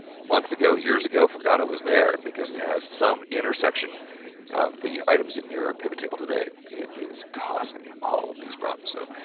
months ago, years ago, forgot it was there, and because it has some intersection of the items in your pivot table today, it is causing all of these problems. problems. so,